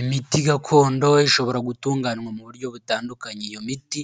Imiti gakondo ishobora gutunganywa mu buryo butandukanye, iyo miti